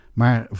maar